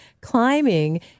Climbing